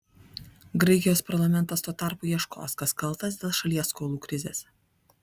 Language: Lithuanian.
graikijos parlamentas tuo tarpu ieškos kas kaltas dėl šalies skolų krizės